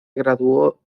graduó